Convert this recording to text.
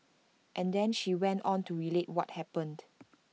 and then she went on to relate what happened